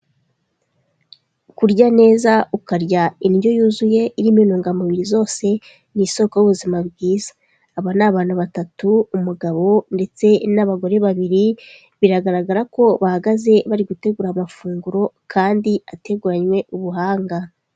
Kurya neza ukarya indyo yuzuye irimo intungamubiri zose ni isoko y'ubuzima bwiza aba ni abantu batatu umugabo ndetse n'abagore babiri biragaragara ko bahagaze bari gutegura amafunguro kandi ateguranywe ubuhanga.